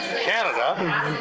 Canada